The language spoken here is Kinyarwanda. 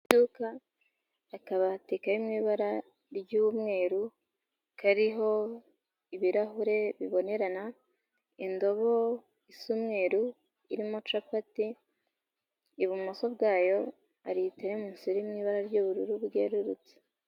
Akabati kari mu ibara ry'umweru kariho ibirahure bibonerana, indobo isa umweru irimo capati, ibumoso bwayo hari teremusi iri mw'ibara ry'ubururu bwerurutse.